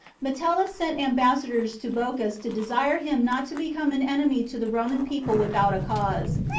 metellus sent ambassadors to bocchus to desire him not to become an enemy to the roman people without a cause.